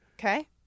Okay